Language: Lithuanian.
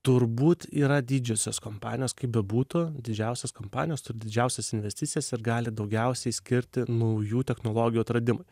turbūt yra didžiosios kompanijos kaip bebūtų didžiausios kompanijos turi didžiausias investicijas ir gali daugiausiai skirti naujų technologijų atradimui